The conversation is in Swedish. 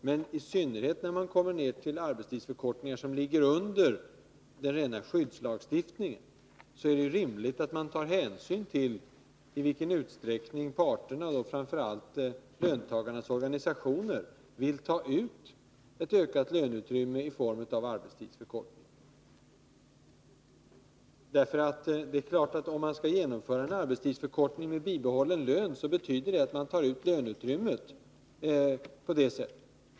Men i synnerhet när man kommer ned till arbetstidsförkortningar som ligger under rena skyddslagstiftningen är det rimligt att man tar hänsyn till i vilken utsträckning parterna, framför allt löntagarnas organisationer, vill ta ut ett ökat löneutrymme i form av arbetstidsförkortning. Skall man genomföra en arbetstidsförkortning med bibehållen lön, betyder detta naturligtvis att man på det sättet tar ut löneutrymmet.